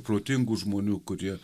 protingų žmonių kurie